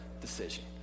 decision